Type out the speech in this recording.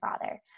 father